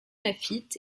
laffitte